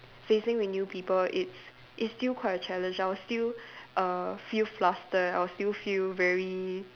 facing with new people it's it's still quite a challenge I will still err feel flustered I will still feel very